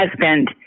husband